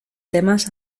temas